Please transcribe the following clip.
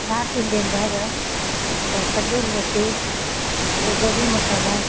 north ಇಂಡಿಯನ್ದಾಗ ತಂದೂರಿ ರೊಟ್ಟಿ ಗೋಬಿ ಮಸಾಲ